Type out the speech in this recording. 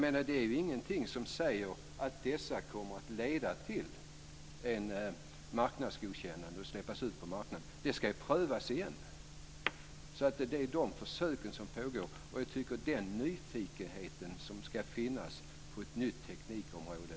Men det finns ingenting som säger att dessa kommer att leda till ett marknadsgodkännande och att de släpps ut på marknaden. Det ska ju prövas igen. Det är dessa försök som pågår. Jag tycker att vi bör ha den nyfikenhet på ett nytt teknikområde.